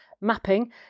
mapping